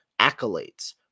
accolades